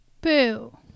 Boo